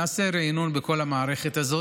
נעשה ריענון בכל המערכת הזאת,